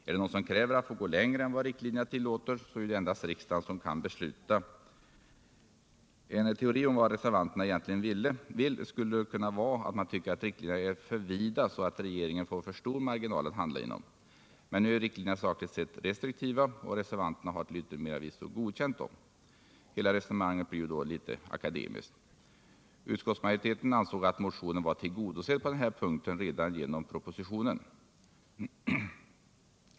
Är det någon som kräver att få gå längre än vad riktlinjerna tillåter så är det endast riksdagen som kan — Nr 52 besluta. Torsdagen den En teori om vad reservanterna egentligen vill skulle kunna vara att 15 december 1977 man tycker att riktlinjerna är för vida så att regeringen får för stor marginal att handla inom. Men nu är riktlinjerna sakligt sett restriktiva, och Den fysiska reservanterna har till yttermera visso godkänt dem. Hela resonemanget = riksplaneringen för blir då något akademiskt. Utskottsmajoriteten ansåg att motionen var vissa s.k. obrutna tillgodosedd på den här punkten redan genom propositionen.